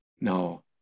No